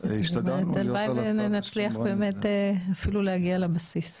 הלוואי ונצליח באמת להגיע אפילו לבסיס,